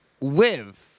live